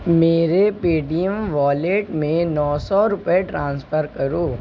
میرے Paytm wallet میں نو سو روپئے ٹرانسفر کرو